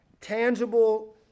tangible